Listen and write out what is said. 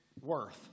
worth